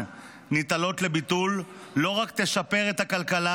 ניתנות לביטול לא רק תשפר את הכלכלה,